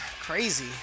Crazy